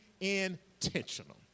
intentional